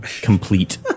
complete